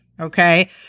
Okay